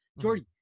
Jordy